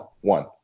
one